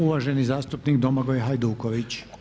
Uvaženi zastupnik Domagoj Hajduković.